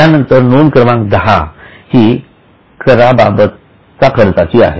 त्यानंतर नोंद क्रमांक 10 ही करा बाबतचा खर्चाची आहे